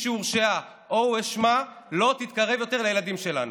שהורשעה או הואשמה לא תתקרב יותר לילדים שלנו.